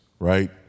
Right